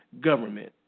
government